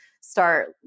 start